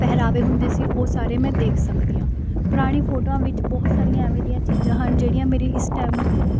ਪਹਿਰਾਵੇ ਹੁੰਦੇ ਸੀ ਉਹ ਸਾਰੇ ਮੈਂ ਦੇਖ ਸਕਦੀ ਹਾਂ ਪੁਰਾਣੀ ਫੋਟੋਆਂ ਵਿੱਚ ਬਹੁਤ ਸਾਰੀਆਂ ਐਂਵੇ ਦੀਆਂ ਚੀਜ਼ਾਂ ਹਨ ਜਿਹੜੀਆਂ ਮੇਰੀ ਇਸ ਟਾਇਮ ਕੋ